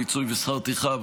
פיצוי ושכר טרחה,